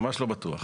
ממש לא בטוח.